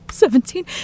Seventeen